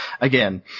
again